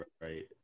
right